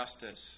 justice